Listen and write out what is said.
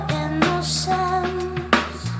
innocence